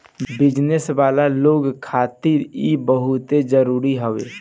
business वाला लोग खातिर इ बहुते जरुरी हवे